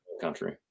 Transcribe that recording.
country